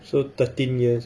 so thirteen years